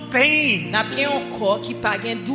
pain